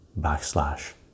backslash